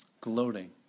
gloating